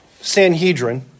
Sanhedrin